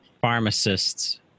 pharmacists